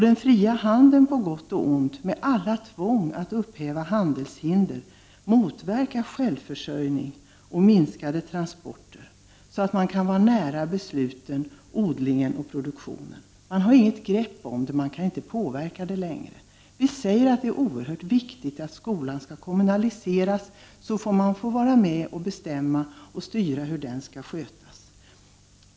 Den fria handeln på gott och ont — med alla tvång att upphäva handelshindren — motverkar självförsörjning, en minskning av transporterna och möjligheten att vara nära besluten, odlingen och produktionen. Man har inget grepp om och kan inte längre påverka skeendet. Man säger att det är oerhört viktigt att skolan skall kommunaliseras, så att alla får vara med och bestämma hur skolan skall skötas.